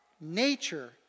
nature